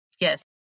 Yes